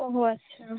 ও হো আচ্ছা